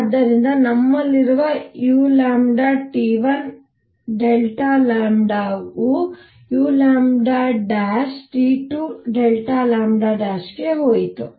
ಆದ್ದರಿಂದ ನಮ್ಮಲ್ಲಿರುವ u U u ಗೆ ಹೋಯಿತು